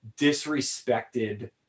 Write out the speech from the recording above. disrespected